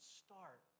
start